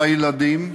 בילדים.